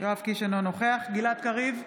גלעד קריב,